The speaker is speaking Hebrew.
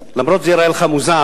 למרות שזה ייראה לך מוזר,